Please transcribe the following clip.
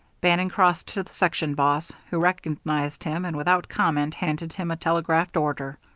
bannon crossed to the section boss, who recognized him and without comment handed him a telegraphed order.